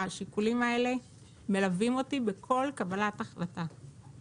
השיקולים האלה מלווים אותי בכל קבלת החלטה.